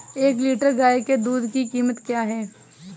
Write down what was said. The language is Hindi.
एक लीटर गाय के दूध की कीमत क्या है?